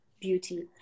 beauty